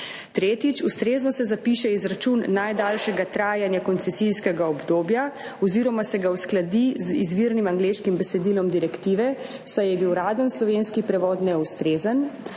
Tretjič. Ustrezno se zapiše izračun najdaljšega trajanja koncesijskega obdobja oziroma se ga uskladi z izvirnim angleškim besedilom direktive, saj je bil uraden slovenski prevod neustrezen.